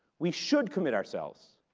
we should commit ourselves